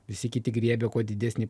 visi kiti griebia kuo didesnį